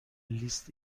لیست